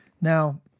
Now